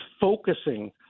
focusing